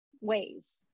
ways